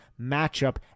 matchup